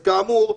אז כאמור,